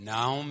Now